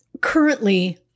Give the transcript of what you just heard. Currently